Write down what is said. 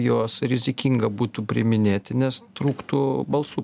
jos rizikinga būtų priiminėti nes trūktų balsų